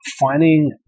finding